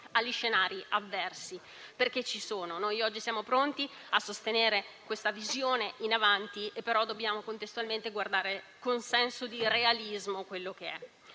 agli scenari avversi, che esistono. Noi, oggi siamo pronti a sostenere questo sguardo in avanti e, però, dobbiamo contestualmente guardare con senso di realismo agli scenari